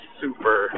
super